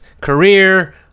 career